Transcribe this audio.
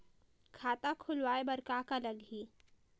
खाता खुलवाय बर का का लगही?